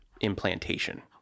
implantation